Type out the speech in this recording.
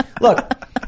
look